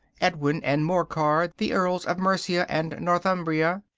edwin and morcar, the earls of mercia and northumbria